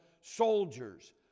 Soldiers